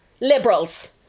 Liberals